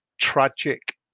tragic